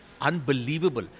unbelievable